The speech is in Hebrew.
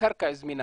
קרקע זמינה